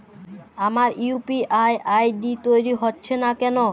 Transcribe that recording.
আমার UPI ID তৈরি হচ্ছে না কেনো?